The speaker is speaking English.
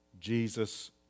Jesus